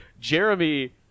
Jeremy